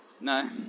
No